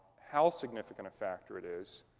how significant factor it is.